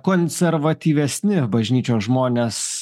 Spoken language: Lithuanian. konservatyvesni bažnyčios žmonės